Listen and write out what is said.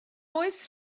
oes